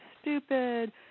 stupid